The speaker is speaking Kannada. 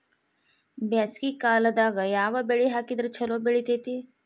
ಬ್ಯಾಸಗಿ ಕಾಲದಾಗ ಯಾವ ಬೆಳಿ ಹಾಕಿದ್ರ ಛಲೋ ಬೆಳಿತೇತಿ?